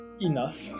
Enough